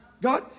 God